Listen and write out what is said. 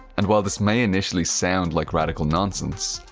and while this may initially sound like radical nonsense,